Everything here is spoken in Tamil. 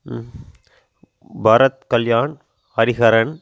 பரத்கல்யாண் ஹரிஹரன்